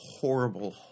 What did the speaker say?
horrible